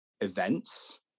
events